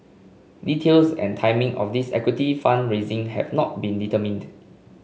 details and timing of this equity fund raising have not been determined